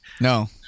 No